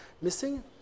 missing